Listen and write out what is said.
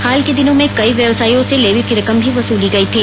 हाल के दिनों में कई व्यवसायियों ने लेवी की रकम भी वसूली गई थी